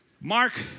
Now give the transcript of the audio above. Mark